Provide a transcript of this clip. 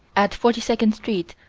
at forty second street,